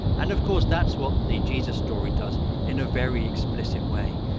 and, of course, that's what the jesus story does in a very explicit way.